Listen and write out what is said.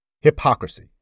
hypocrisy